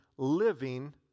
living